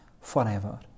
forever